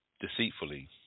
deceitfully